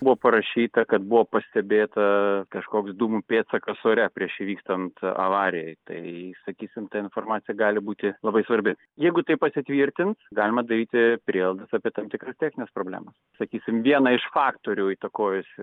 buvo parašyta kad buvo pastebėta kažkoks dūmų pėdsakas ore prieš įvykstant avarijai tai sakysim ta informacija gali būti labai svarbi jeigu tai pasitvirtins galima daryti prielaidas apie tam tikras technines problemas sakysim vieną iš faktorių įtakojusių